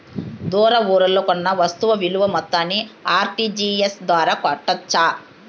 దూర ఊర్లలో కొన్న వస్తు విలువ మొత్తాన్ని ఆర్.టి.జి.ఎస్ ద్వారా కట్టొచ్చా?